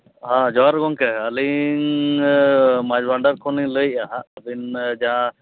ᱦᱮᱸ ᱡᱚᱦᱟᱨ ᱜᱮ ᱜᱚᱢᱠᱮ ᱟᱹᱞᱤᱧ ᱢᱟᱪᱷ ᱵᱷᱟᱱᱰᱟᱨ ᱠᱷᱚᱱᱞᱤᱧ ᱞᱟᱹᱭᱮᱜᱼᱟ ᱟᱹᱵᱤᱱ ᱡᱟᱦᱟᱸ